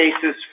cases